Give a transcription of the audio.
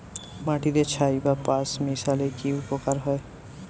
মাটিতে ছাই বা পাঁশ মিশালে কি উপকার হয়?